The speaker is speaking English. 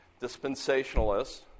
Dispensationalists